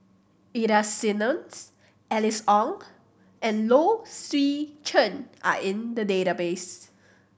Ida Simmons Alice Ong and Low Swee Chen are in the database